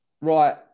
Right